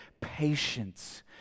patience